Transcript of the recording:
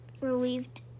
relieved